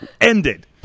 ended